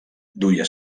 duia